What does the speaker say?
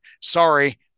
Sorry